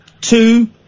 two